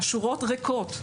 השורות ריקות.